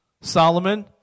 Solomon